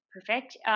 Perfect